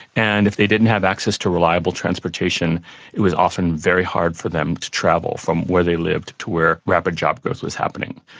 and if they didn't have access to reliable transportation it was often very hard for them to travel from where they lived to where rapid job growth was happening.